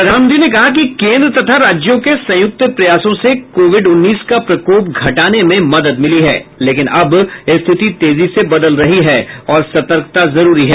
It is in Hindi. प्रधानमंत्री ने कहा कि केन्द्र तथा राज्यों के संयुक्त प्रयासों से कोविड उन्नीस का प्रकोप घटाने में मदद मिली है लेकिन अब स्थिति तेजी से बदल रही है और सतर्कता जरूरी है